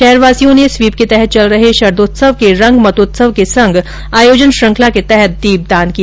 शहरवासियों ने स्वीप के तहत चल रहे शरदोत्सव के रंग मतोत्सव के संग आयोजन श्रृंखला के तहत दीपदान किया